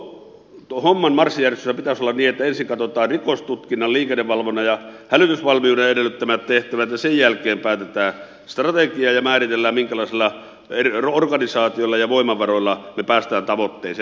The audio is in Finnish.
koko homman marssijärjestyksen pitäisi olla niin että ensin katsotaan rikostutkinnan liikennevalvonnan ja hälytysvalmiuden edellyttämät tehtävät ja sen jälkeen päätetään strategia ja määritellään minkälaisella organisaatiolla ja voimavaroilla me pääsemme tavoitteeseen